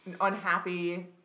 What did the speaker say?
unhappy